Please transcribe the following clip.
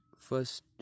first